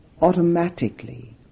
automatically